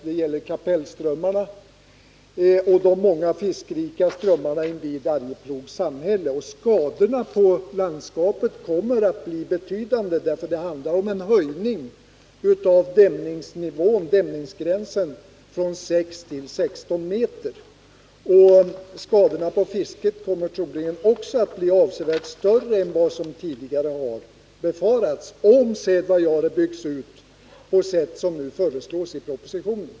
Det gäller kapellströmmarna och de många fiskrika strömmarna invid Arjeplogs samhälle. Skadorna på landskapet kommer att bli betydande. Det handlar nämligen om en höjning av dämningsgränsen från 6 till 16 m. Också skadorna på fisket kommer troligen att bli avsevärt större än vad som tidigare har befarats, om Sädvajaure byggs ut på sätt som nu föreslås i propositionen.